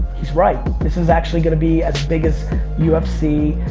he's right. this is actually gonna be as big as ufc.